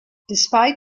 despite